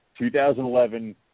2011